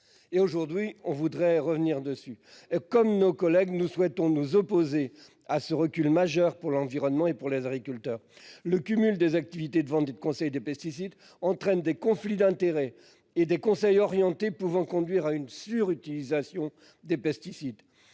aujourd'hui de revenir sur cette disposition. Nous souhaitons nous opposer à ce recul majeur pour l'environnement et pour les agriculteurs. Le cumul des activités de vente et de conseil pour les pesticides entraîne des conflits d'intérêts et des conseils orientés pouvant conduire à une surutilisation des pesticides,